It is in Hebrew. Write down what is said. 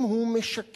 אם הוא משקר,